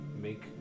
make